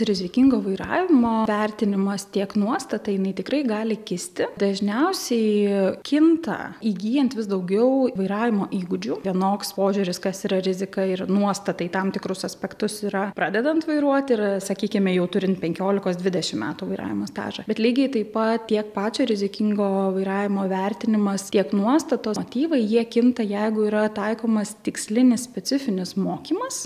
rizikingo vairavimo vertinimas tiek nuostata jinai tikrai gali kisti dažniausiai kinta įgyjant vis daugiau vairavimo įgūdžių vienoks požiūris kas yra rizika ir nuostatai tam tikrus aspektus yra pradedant vairuoti ir sakykime jau turint penkiolikos dvidešimt metų vairavimo stažą bet lygiai taip pat tiek pačio rizikingo vairavimo vertinimas tiek nuostatos motyvai jie kinta jeigu yra taikomas tikslinis specifinis mokymas